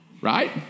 Right